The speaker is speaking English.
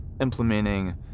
implementing